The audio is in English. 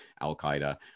Al-Qaeda